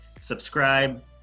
subscribe